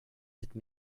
cette